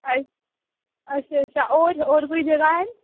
अच्छा अच्छा अच्छा होर होर कोई जगहा हैन